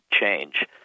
change